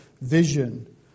vision